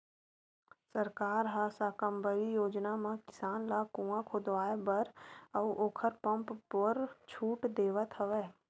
सरकार ह साकम्बरी योजना म किसान ल कुँआ खोदवाए बर अउ ओखर पंप बर छूट देवथ हवय